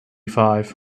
five